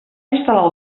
instal·lar